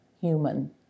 human